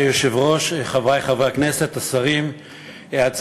חבר הכנסת כלפה, בבקשה, אדוני.